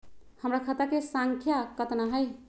हमर खाता के सांख्या कतना हई?